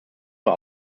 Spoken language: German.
war